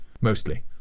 mostly